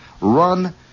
run